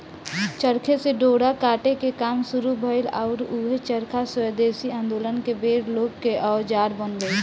चरखे से डोरा काटे के काम शुरू भईल आउर ऊहे चरखा स्वेदेशी आन्दोलन के बेर लोग के औजार बन गईल